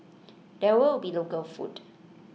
there will be local food